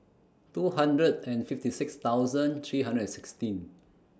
two hundred and fifty six thousand three hundred and sixteen